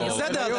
בסדר.